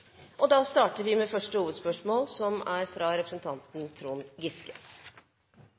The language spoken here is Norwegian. starter med første hovedspørsmål, fra representanten Trond Giske.